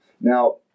Now